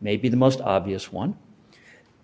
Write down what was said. may be the most obvious one